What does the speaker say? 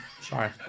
sorry